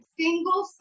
single